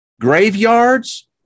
graveyards